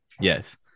Yes